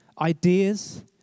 ideas